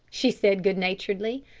she said good-naturedly.